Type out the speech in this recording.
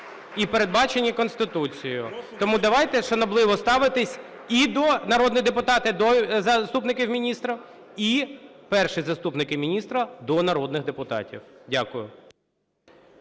і передбачені Конституцією. Тому давайте шанобливо ставитися і до… народні депутати до заступників міністра, і перші заступники міністра до народних депутатів. Дякую.